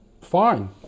fine